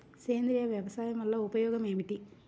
సేంద్రీయ వ్యవసాయం వల్ల ఉపయోగం ఏమిటి?